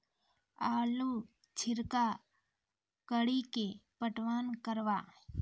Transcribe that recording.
आलू छिरका कड़ी के पटवन करवा?